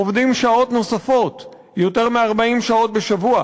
עובדים שעות נוספות, יותר מ-40 שעות בשבוע.